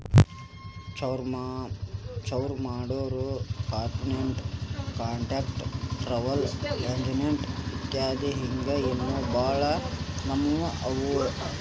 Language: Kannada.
ಚೌರಾಮಾಡೊರು, ಕಾರ್ಪೆನ್ಟ್ರು, ಕಾನ್ಟ್ರಕ್ಟ್ರು, ಟ್ರಾವಲ್ ಎಜೆನ್ಟ್ ಇತ್ಯದಿ ಹಿಂಗ್ ಇನ್ನೋ ಭಾಳ್ ನಮ್ನೇವ್ ಅವ